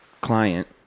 client